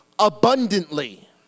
abundantly